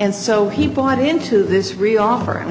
and so he bought into this really offer and